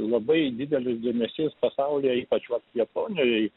labai didelis dėmesys pasauliui ypač vat japonijai